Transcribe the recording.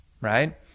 Right